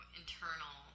internal